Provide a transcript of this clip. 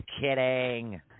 kidding